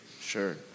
Sure